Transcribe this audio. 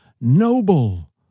noble